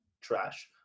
trash